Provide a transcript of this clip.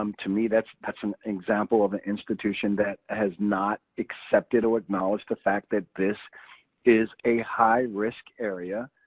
um to me that's that's an example of an institution that has not accepted or acknowledged the fact that this is a high risk area,